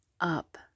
up